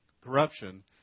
corruption